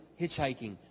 hitchhiking